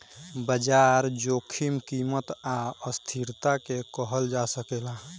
बाजार जोखिम कीमत आ अस्थिरता के कहल जा सकेला